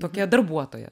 tokia darbuotoja